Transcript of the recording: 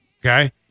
Okay